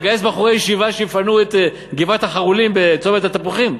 לגייס בחורי ישיבה שיפנו את גבעת החרולים בצומת התפוחים?